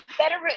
better